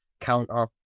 counter